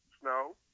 Snow